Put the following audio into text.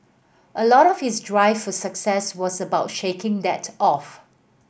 a lot of his drive for success was about shaking that off